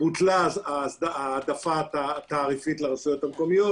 בוטלה ההעדפה לרשויות המקומיות,